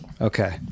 Okay